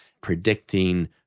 predicting